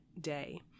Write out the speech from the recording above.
day